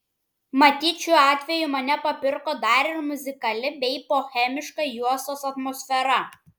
matyt šiuo atveju mane papirko dar ir muzikali bei bohemiška juostos atmosfera